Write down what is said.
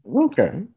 Okay